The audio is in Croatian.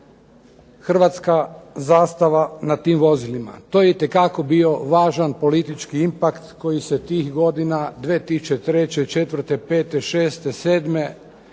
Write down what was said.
hrvatska zastava na tim vozilima. To je itekako bio važan politički impakt koji se tih godina 2003., 2004.,